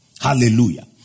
Hallelujah